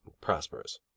Prosperous